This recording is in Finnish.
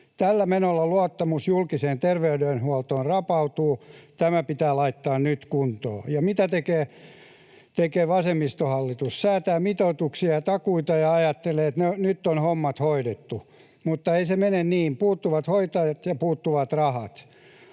Tällä menolla luottamus julkiseen terveydenhuoltoon rapautuu. Tämä pitää laittaa nyt kuntoon. Mitä tekee vasemmistohallitus? Säätää mitoituksia ja takuita ja ajattelee, että nyt on hommat hoidettu. Mutta ei se mene niin — puuttuvat hoitajat, ja puuttuvat rahat.